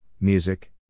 music